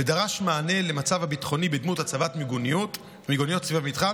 ודרש מענה למצב הביטחוני בדמות הצבת מיגוניות סביב המתחם,